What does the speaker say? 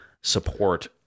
support